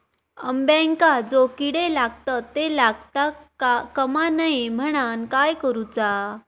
अंब्यांका जो किडे लागतत ते लागता कमा नये म्हनाण काय करूचा?